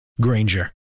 Granger